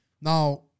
Now